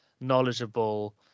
knowledgeable